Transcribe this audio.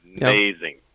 Amazing